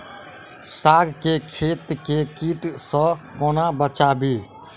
साग केँ खेत केँ कीट सऽ कोना बचाबी?